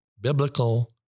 biblical